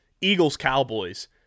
Eagles-Cowboys